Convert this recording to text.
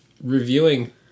reviewing